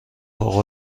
فوق